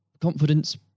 confidence